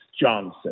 Johnson